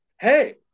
hey